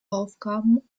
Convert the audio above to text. aufgaben